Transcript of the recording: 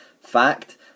fact